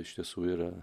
iš tiesų yra